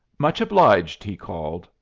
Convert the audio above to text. much obliged, he called,